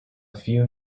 few